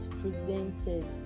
presented